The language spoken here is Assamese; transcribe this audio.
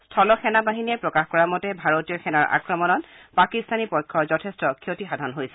স্থল সেনা বাহিনীয়ে প্ৰকাশ কৰা মতে ভাৰতীয় সেনাৰ আক্ৰমণত পাকিস্তানী পক্ষৰ যথেষ্ট ক্ষতিসাধন হৈছে